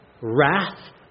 wrath